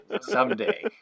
Someday